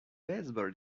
baseball